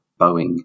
Boeing